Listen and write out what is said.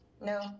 No